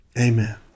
Amen